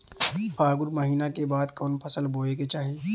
फागुन महीना के बाद कवन फसल बोए के चाही?